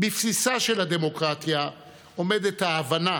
בבסיסה של הדמוקרטיה עומדת ההבנה